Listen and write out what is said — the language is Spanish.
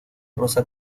rosa